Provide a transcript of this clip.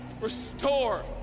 restore